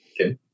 Okay